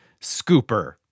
scooper